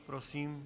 Prosím.